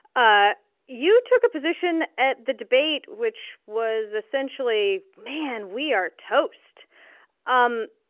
ah you took a position at the debate which was essentially man, we are toast um